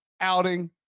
outing